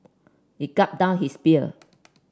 he gulped down his beer